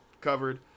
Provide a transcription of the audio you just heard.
covered